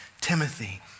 Timothy